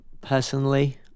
Personally